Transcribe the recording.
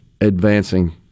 advancing